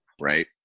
right